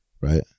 right